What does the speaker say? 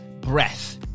breath